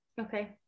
okay